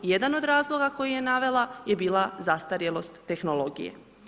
Jedan od razloga koji je navela je bila zastarjelost tehnologije.